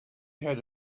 had